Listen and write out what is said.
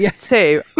Two